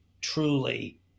truly